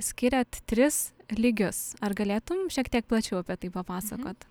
skiriat tris lygius ar galėtum šiek tiek plačiau apie tai papasakot